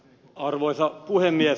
arvoisa puhemies